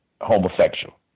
homosexual